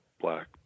black